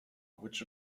which